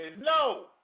no